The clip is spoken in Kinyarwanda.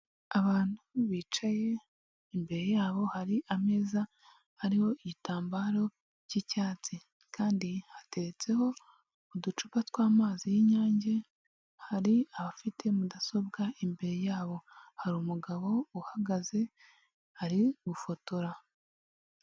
Abantu bicaye imbere yabo hari ameza hariho igitambaro cy'icyatsi kandi hateretseho uducupa tw'amazi y'inyange, hari abafite mudasobwa imbere yabo hari umugabo uhagaze ari gufotora.